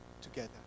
together